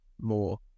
more